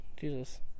Jesus